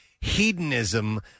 hedonism